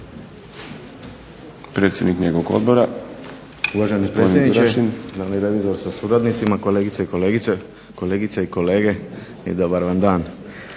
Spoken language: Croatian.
gospodine predsjedniče, glavni revizore sa suradnicima, kolegice i kolege dobar vam dan.